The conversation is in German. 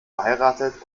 verheiratet